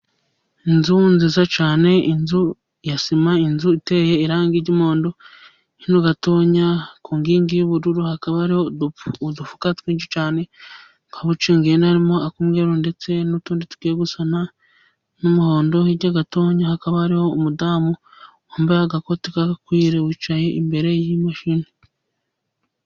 Inzu nziza cyane, inzu ya sima inzu iteye irangi ry'umuhondo, hino gato ku nkingi y'ubururu hakaba hariho udufuka twinshi cyane, nka bucyengende y'umweru ndetse n'utundi tugiye gusa n'umuhondo, hirya gato hakaba hariho umudamu wambaye agakoti k'agakwire, wicaye imbere y'imashini.